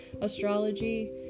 astrology